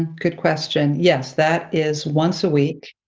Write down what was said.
good question. yes, that is once a week